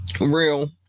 real